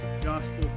Gospel